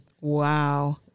Wow